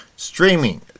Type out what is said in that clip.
Streaming